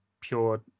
pure